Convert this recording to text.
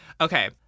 Okay